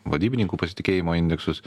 vadybininkų pasitikėjimo indeksus